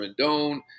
Rendon